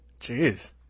Jeez